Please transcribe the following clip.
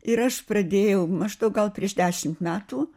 ir aš pradėjau maždaug gal prieš dešimt metų